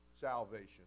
salvation